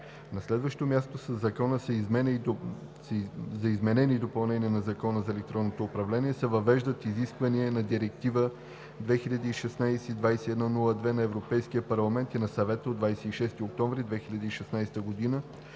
На следващо място със Закона за изменение и допълнение на Закона за електронното управление се въвеждат изискванията на Директива (ЕС) 2016/2102 на Европейския парламент и на Съвета от 26 октомври 2016 г.